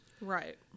Right